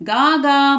Gaga